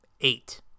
eight